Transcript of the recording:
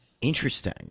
interesting